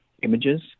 images